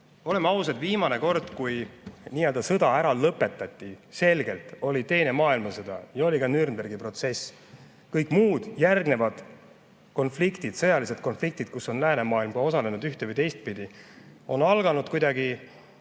Oleme ausad, viimane kord, kui sõda selgelt ära lõpetati, oli teine maailmasõda ja oli ka Nürnbergi protsess. Kõik järgnenud konfliktid, sõjalised konfliktid, kus on läänemaailm osalenud ühte- või teistpidi, on alanud ja